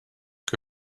que